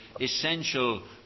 essential